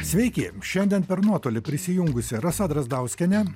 sveiki šiandien per nuotolį prisijungusi rasa drazdauskienė